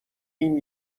این